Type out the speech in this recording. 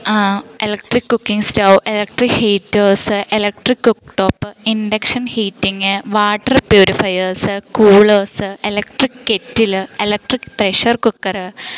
electric cooking stove electric heaters electric cook top induction heating water purifiers coolers electric kettle electric pressure cooker